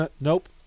Nope